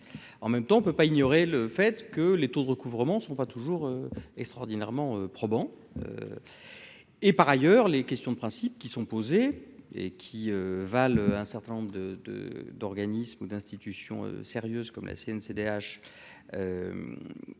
en même temps on ne peut pas ignorer le fait que les taux de recouvrement sont pas toujours extraordinairement probant et par ailleurs, les questions de principe qui sont posés et qui valent un certain nombre de de d'organismes ou d'institutions sérieuses comme la Cncdh